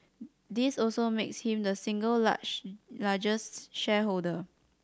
this also makes him the single largest shareholder